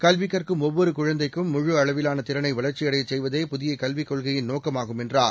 கல்விகற்கும் ஒவ்வொருகுழந்தைக்கும் முழு அளவிலானதிறனைவளர்ச்சியடையசெய்வதே புதியகல்விக் கொள்கையின் நோக்கமாகும் என்றார்